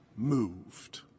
moved